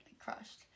crushed